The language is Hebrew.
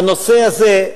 הנושא הזה,